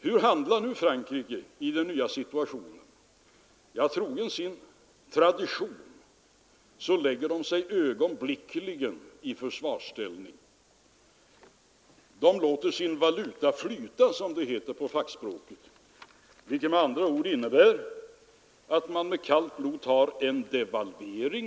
Hur handlade då Frankrike i den nya situationen? Jo, trogen sin tradition lade man sig ögonblickligen i försvarsställning. Fransmännen lät sin valuta flyta, som det heter på fackspråket. Det innebär att man med kallt blod tog en devalvering.